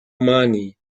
money